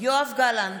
יואב גלנט,